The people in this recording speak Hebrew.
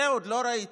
את זה עוד לא ראיתי.